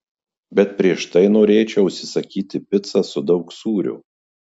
bet prieš tai norėčiau užsisakyti picą su daug sūrio